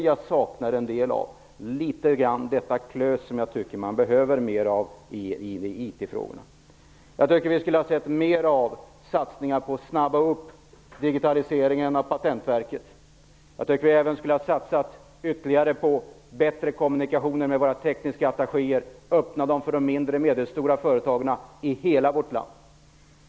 Jag saknar litet av detta "klös" som jag tycker att vi behöver mer av i IT Jag önskar att vi hade fått se mer av satsningar för att snabba på digitaliseringen av Patentverket. Man borde också ha satsat ytterligare på bättre kommunikationer med våra tekniska attachéer och öppnat dessa för de mindre och medelstora företagen i hela vårt land.